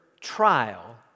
trial